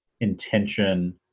intention